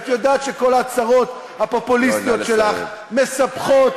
את יודעת שכל ההצהרות הפופוליסטיות שלך מסבכות